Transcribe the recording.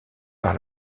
par